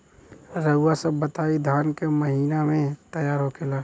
रउआ सभ बताई धान क महीना में तैयार होखेला?